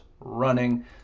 running